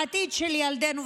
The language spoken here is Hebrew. בעתיד של ילדינו,